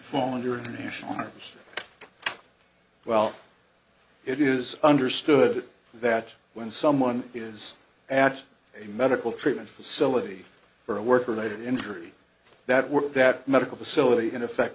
fall under international norms well it is understood that when someone is at a medical treatment facility for a work related injury that work that medical facility in effect